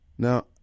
Now